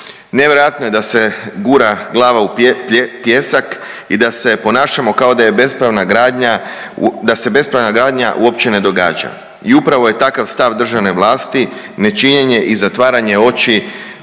Nevjerojatno je da se gura glava u pijesak i da se ponašamo kao da je bespravna gradnja, da se bespravna gradnja uopće ne događa. I upravo je takav stav državne vlasti. Nečinjenje i zatvaranje oči